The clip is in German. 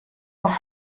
auf